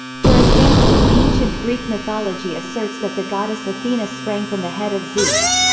for example, ancient greek mythology asserts that the goddess athena sprang from the head of zeus.